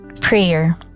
Prayer